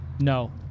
No